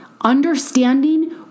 understanding